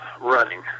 running